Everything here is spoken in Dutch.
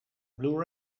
blu